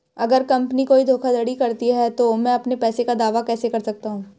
अगर कंपनी कोई धोखाधड़ी करती है तो मैं अपने पैसे का दावा कैसे कर सकता हूं?